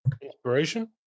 inspiration